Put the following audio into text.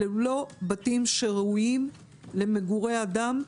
אלה לא בתים שראויים למגורי אדם,